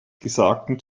gesagten